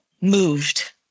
moved